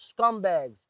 scumbags